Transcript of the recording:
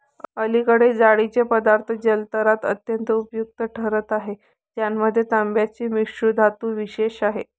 अलीकडे जाळीचे पदार्थ जलचरात अत्यंत उपयुक्त ठरत आहेत ज्यामध्ये तांब्याची मिश्रधातू विशेष आहे